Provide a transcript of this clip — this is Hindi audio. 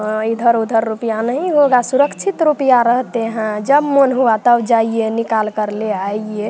इधर उधर रुपया नहीं होगा सुरक्षित रुपया रहते हैं जब मन हो आप तब जाइए निकालकर ले आइए